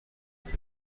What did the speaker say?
گوش